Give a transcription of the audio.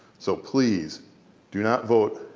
so please do not vote,